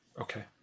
Okay